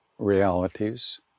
realities